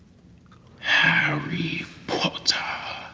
harry potter,